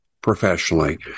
professionally